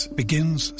begins